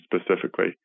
specifically